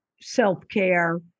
self-care